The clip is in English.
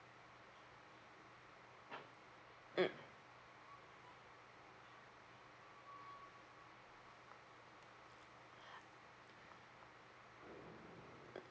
mm